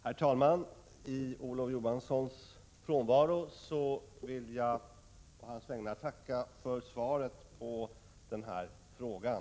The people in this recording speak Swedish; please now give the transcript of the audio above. Prot. 1986/87:71 Herr talman! I Olof Johanssons frånvaro vill jag å hans vägnar tacka för 13 februari 1987 svaret på den här frågan.